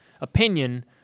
opinion